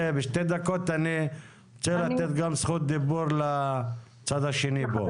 אני רוצה לתת גם זכות דיבור לצד השני פה.